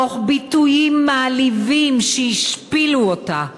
תוך ביטויים מעליבים שהשפילו אותה.